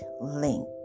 link